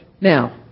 Now